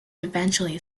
eventually